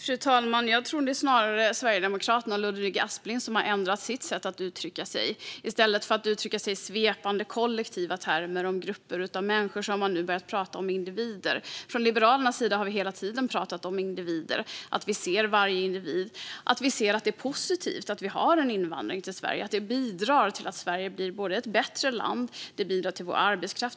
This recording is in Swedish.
Fru talman! Jag tror att det snarare är Sverigedemokraterna och Ludvig Aspling som har ändrat sitt sätt att uttrycka sig. I stället för att uttrycka sig med svepande kollektiva termer om grupper av människor har man nu börjat tala om individer. Från Liberalernas sida har vi hela tiden pratat om individer. Vi ser varje individ. Vi ser också att det är positivt att vi har invandring till Sverige. Den bidrar till att Sverige blir ett bättre land. Den bidrar till vår arbetskraft.